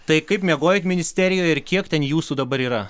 tai kaip miegojot ministerijoj ir kiek ten jūsų dabar yra